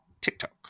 TikTok